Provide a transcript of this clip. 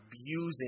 abusing